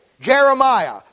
Jeremiah